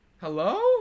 Hello